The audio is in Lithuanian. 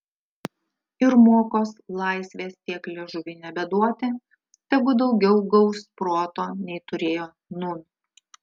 ir mokos laisvės tiek liežuviui nebeduoti tegu daugiau gaus proto nei turėjo nūn